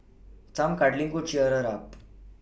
some cuddling could cheer her up